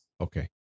Okay